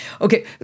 Okay